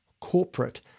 corporate